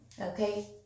Okay